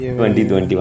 2021